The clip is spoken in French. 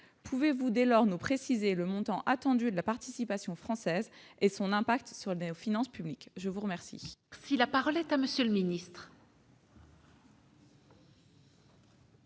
pouvez-vous dès lors nous préciser le montant attendu de la participation française et son impact sur le aux finances publiques, je vous remercie.